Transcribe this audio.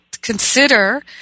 consider